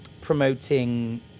promoting